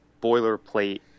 boilerplate